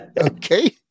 Okay